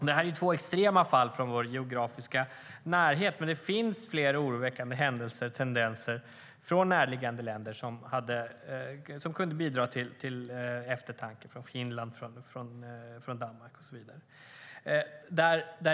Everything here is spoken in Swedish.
Det här är två extrema fall i vår geografiska närhet. Men det finns fler oroväckande händelser och tendenser i närliggande länder som kan bidra till eftertanke. Jag tänker på Finland, Danmark och så vidare.